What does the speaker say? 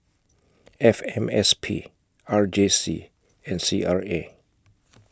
F M S P R J C and C R A